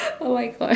oh my god